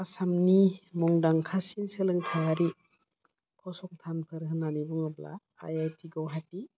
आसामनि मुंदांखासिन सोलोंथाइयारि फसंथानफोर होननानै बुङोब्ला आईआईटि गुवाहाटी